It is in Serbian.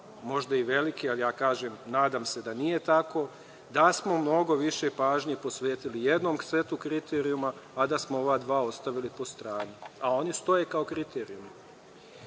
možda i velike, ali kažem da se nadam da nije tako, da smo mnogo više pažnje posvetili jednom svetu kriterijuma, a da smo ova dva ostavili po strani, a oni stoje kao kriterijumi. Kada